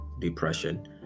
depression